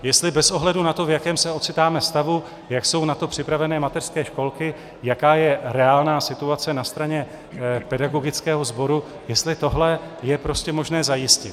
Jestli bez ohledu na to, v jakém se ocitáme stavu, jak jsou na to připraveny mateřské školky, jaká je reálná situace na straně pedagogického sboru, jestli tohle je prostě možné zajistit.